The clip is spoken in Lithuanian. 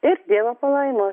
ir dievo palaimos